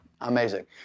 Amazing